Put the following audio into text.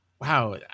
wow